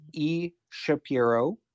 eshapiro